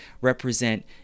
represent